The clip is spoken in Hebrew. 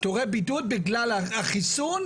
פטורי בידוד בגלל החיסון?